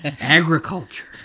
Agriculture